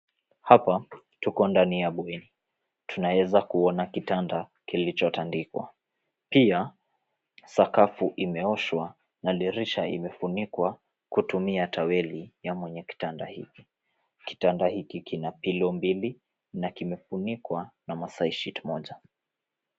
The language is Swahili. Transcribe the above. Hapa, tuko ndani ya bweni. Tunaweza kuona kitanda kilichotandikwa. Pia, sakafu imeoshwa na dirisha imefunikwa kutumia taweli ya mwenye kitanda hiki. Kitanda hiki kina pillow mbili na kimefunikwa na maasai sheet moja.